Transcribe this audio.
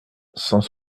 cent